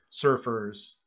surfers